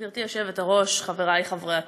גברתי היושבת-ראש, חברי חברי הכנסת,